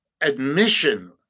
admission